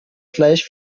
gleich